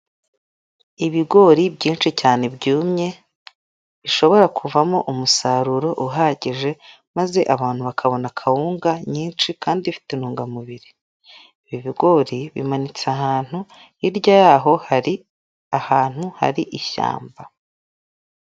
Ibigori byinshi cyane byumye, bishobora kuvamo umusaruro uhagije, maze abantu bakabona kawunga nyinshi kandi ifite intungamubiri, ibi ibigori bimanitse ahantu, hirya yaho hari ahantu hari ishyamba.